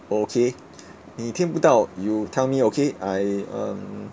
okay 你听不到 you tell me okay I um